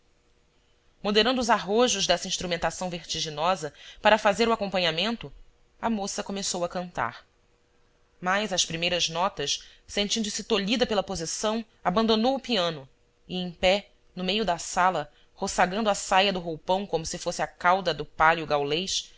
moderando os arrojos dessa instrumentação vertiginosa para fazer o acompanhamento a moça começou a cantar mas às primeiras notas sentindo-se tolhida pela posição abandonou o pia no e em pé no meio da sala roçagando a saia do roupão como se fosse a cauda do pálio gaulês ela